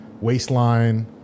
waistline